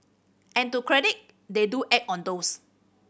and to credit they do act on those